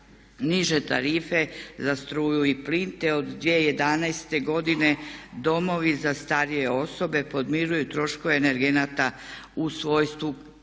niže tarife za struju i plin, te od 2011. godine domovi za starije osobe podmiruju troškove energenata u svojstvu